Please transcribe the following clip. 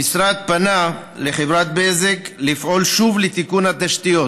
המשרד פנה לחברת בזק לפעול שוב לתיקון התשתיות,